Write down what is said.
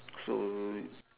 so